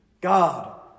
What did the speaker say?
God